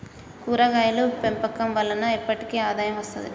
కూరగాయలు పెంపకం వలన ఎప్పటికి ఆదాయం వస్తది